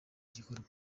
gikorwa